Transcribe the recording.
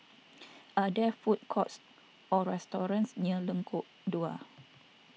are there food courts or restaurants near Lengkok Dua